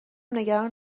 نگران